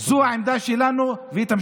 יכול